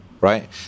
right